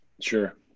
sure